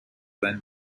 than